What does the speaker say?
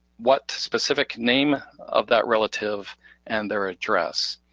what specific name of that relative and their address?